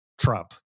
Trump